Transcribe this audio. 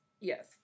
Yes